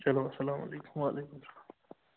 چلو السلام علیکُم وعلیکُم السلام